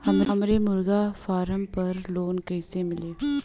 हमरे मुर्गी फार्म पर लोन कइसे मिली?